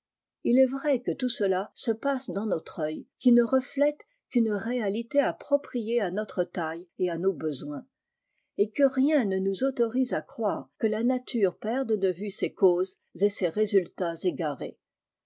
il est vrai que tout cela se passe dans notre œil qui ne reflète qu'une réakté appropriée à notre tciille et à nos besoins et que rien ne nous autorise à croire que la nature perde de vue ses causes et ses résultats égarés